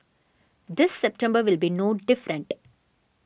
this September will be no different